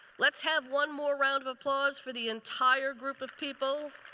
let's have one more round of applause for the entire group of people.